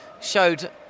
showed